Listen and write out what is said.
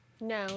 No